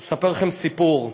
אספר לכם סיפור.